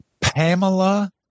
Pamela